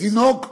תינוק אלרגי,